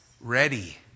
ready